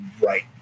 right